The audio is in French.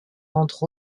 entre